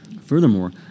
Furthermore